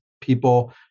people